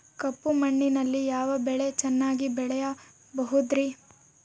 ಕಪ್ಪು ಮಣ್ಣಿನಲ್ಲಿ ಯಾವ ಬೆಳೆ ಚೆನ್ನಾಗಿ ಬೆಳೆಯಬಹುದ್ರಿ?